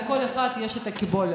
לכל אחד יש את הקיבולת.